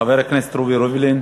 חבר הכנסת רובי ריבלין,